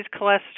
cholesterol